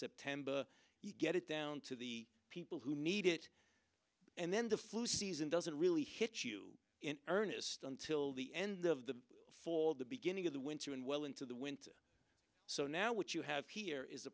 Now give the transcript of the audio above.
september you get it down to the people who need it and then the flu season doesn't really hit you in earnest until the end of the fold the beginning of the winter and well into the winter so now what you have here is a